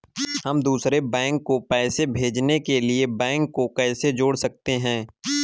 हम दूसरे बैंक को पैसे भेजने के लिए बैंक को कैसे जोड़ सकते हैं?